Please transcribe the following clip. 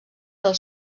del